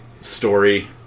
story